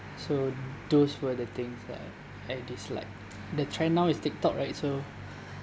so those were the things that I dislike the trend now is tik tok right so